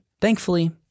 Thankfully